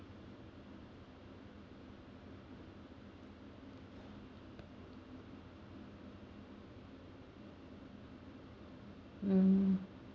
mm